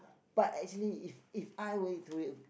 but actually if If I were to